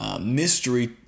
mystery